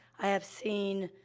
i have seen,